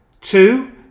Two